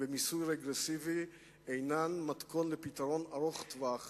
ומיסוי רגרסיבי אינם מתכון לפתרון ארוך טווח,